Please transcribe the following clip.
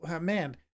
man